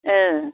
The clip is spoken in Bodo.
ओ